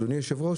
אדוני היו"ר,